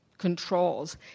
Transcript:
controls